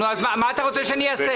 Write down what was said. אז מה אתה רוצה שאני אעשה?